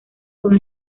con